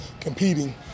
competing